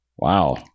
Wow